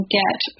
get